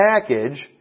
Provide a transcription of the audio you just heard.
package